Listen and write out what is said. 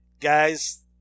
Guys